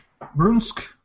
Brunsk